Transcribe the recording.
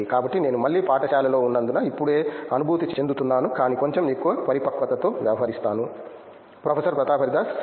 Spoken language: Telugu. కాబట్టి నేను మళ్ళీ పాఠశాలలో ఉన్నందున ఇప్పుడే అనుభూతి చెందుతున్నాను కానీ కొంచెం ఎక్కువ పరిపక్వతతో వ్యవహరిస్తాను ప్రొఫెసర్ ప్రతాప్ హరిదాస్ సరే